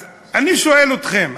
אז אני שואל אתכם,